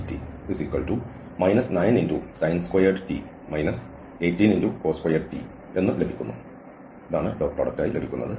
Frtdrdtdt 9sin2 t 18cos2 t എന്നു ലഭിക്കും